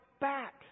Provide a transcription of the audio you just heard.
back